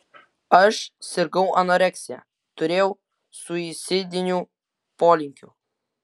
aš sirgau anoreksija turėjau suicidinių polinkių